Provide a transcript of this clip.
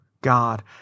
God